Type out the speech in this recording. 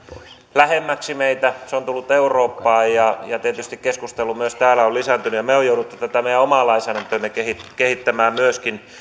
lähemmäksi meitä se on tullut eurooppaan ja tietysti keskustelu myös täällä on lisääntynyt ja me olemme joutuneet tätä meidän omaa lainsäädäntöämme kehittämään kehittämään myöskin